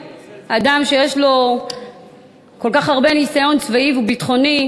אדם שיש לו ככל הנראה כל כך הרבה ניסיון צבאי וביטחוני,